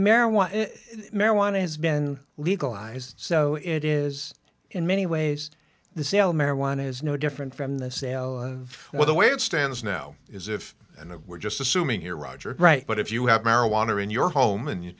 marijuana marijuana has been legalized so it is in many ways the sale of marijuana is no different from the sale of well the way it stands now is if and of we're just assuming here roger right but if you have marijuana in your home and